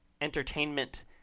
entertainment